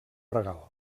regal